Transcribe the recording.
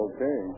Okay